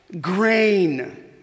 grain